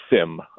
sim